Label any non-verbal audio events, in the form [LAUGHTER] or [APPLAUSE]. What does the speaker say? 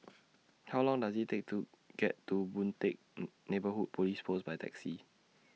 How Long Does IT Take to get to Boon Teck [HESITATION] Neighbourhood Police Post By Taxi